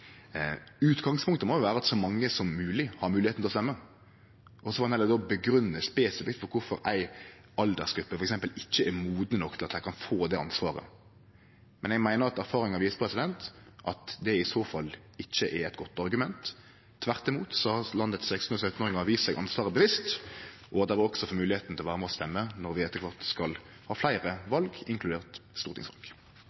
Utgangspunktet må vere at så mange som mogleg har moglegheit til å stemme, og så får ein heller grunngje spesifikt kvifor ei aldersgruppe f.eks. ikkje er moden nok til at dei kan få det ansvaret. Men eg meiner at erfaringa viser at det i så fall ikkje er eit godt argument. Tvert imot har 16- og 17-åringane i landet vist at dei kjenner ansvaret sitt, og at dei også bør få moglegheit til å vere med og stemme når vi etter kvart skal ha fleire